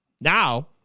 Now